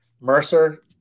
Mercer